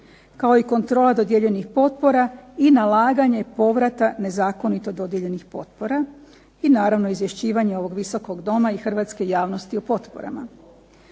kao i kontrola dodijeljenih potpora i nalaganje povrata nezakonito dodijeljenih potpora. I naravno izvješćivanje ovog Visokog doma i hrvatske javnosti o potporama.